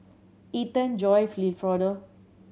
Ethen Joye Wilfredo